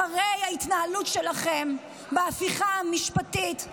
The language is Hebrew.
אחרי ההתנהלות שלכם בהפיכה המשפטית,